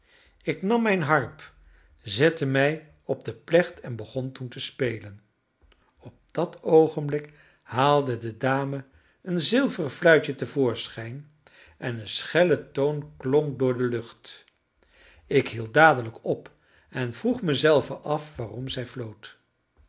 ik nam mijne harp zette mij op de plecht en begon toen te spelen op dat oogenblik haalde de dame een zilveren fluitje te voorschijn en een schelle toon klonk door de lucht ik hield dadelijk op en vroeg me zelven af waarom zij floot